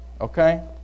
okay